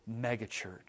megachurch